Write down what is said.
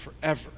forever